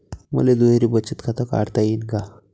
मले दुहेरी बचत खातं काढता येईन का?